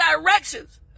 directions